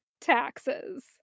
taxes